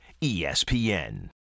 ESPN